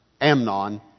Amnon